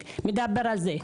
מדבר על זה.